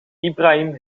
ibrahim